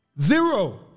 Zero